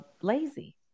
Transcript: lazy